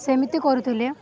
ସେମିତି କରୁଥିଲେ